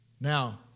Now